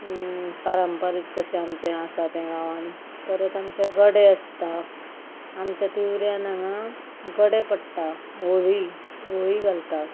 पारंपारीक कशें आमचें आसा तें गांवांन परत आमचे गडे आसता आमच्या तिवऱ्यान हांगा गडे पडटा होळी होळी घालता